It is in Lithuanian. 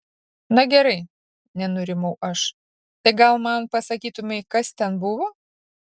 na gerai nenurimau aš tai gal man pasakytumei kas ten buvo